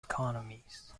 economies